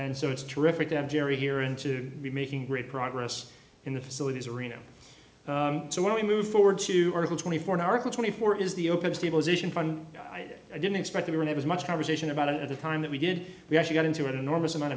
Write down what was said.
and so it's terrific to have jerry here and to be making great progress in the facilities arena so when we move forward to article twenty four an article twenty four is the open stabilization fund i didn't expect it when i was much conversation about it at the time that we did we actually got into an enormous amount